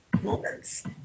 moments